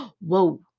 whoa